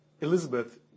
Elizabeth